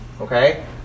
Okay